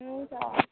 हुन्छ